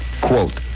Quote